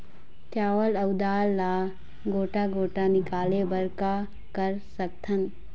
चावल अऊ दाल ला गोटा गोटा निकाले बर का कर सकथन?